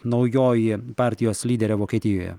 naujoji partijos lyderė vokietijoje